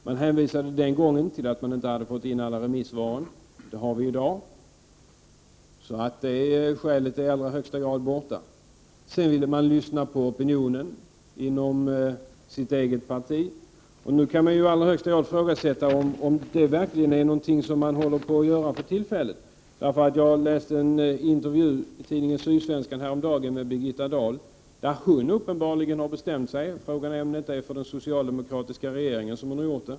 Man hänvisade den gången till att alla remissvar inte hade kommit in. De finns i dag, så det skälet är i högsta grad borta. Man vill också lyssna på opinionen inom sitt eget parti, men nu kan man ifrågasätta om socialdemokraterna verkligen håller på att göra detta för tillfället. Jag läste häromdagen en intervju i tidningen Sydsvenskan med Birgitta Dahl som visar att hon uppenbarligen har bestämt sig, och frågan är om det inte är för den svenska regeringen som hon har gjort det.